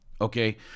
Okay